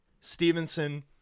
Stevenson